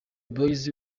boyz